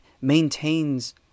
maintains